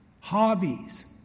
hobbies